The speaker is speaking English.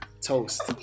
Toast